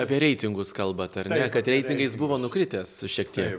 apie reitingus kalbat ar ne kad reitingais buvo nukritęs šiek tiek